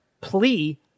plea